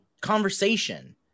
conversation